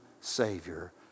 savior